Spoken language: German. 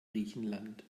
griechenland